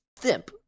thimp